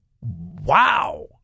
Wow